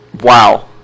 Wow